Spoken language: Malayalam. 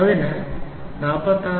അതിനാൽ അത് 46